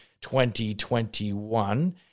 2021